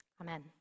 Amen